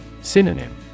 Synonym